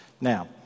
Now